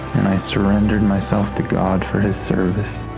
and i surrendered myself to god for his service.